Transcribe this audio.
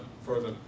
further